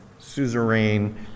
suzerain